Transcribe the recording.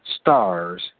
stars